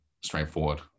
straightforward